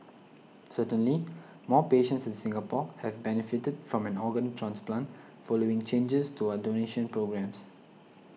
certainly more patients in Singapore have benefited from an organ transplant following changes to our donation programmes